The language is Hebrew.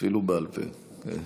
אפילו בעל פה, כן.